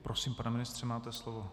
Prosím, pane ministře, máte slovo.